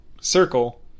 circle